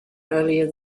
earlier